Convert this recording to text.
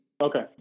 Okay